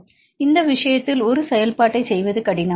எனவே இந்த விஷயத்தில் ஒரு செயல்பாட்டைச் செய்வது கடினம்